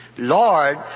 Lord